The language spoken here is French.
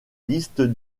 liste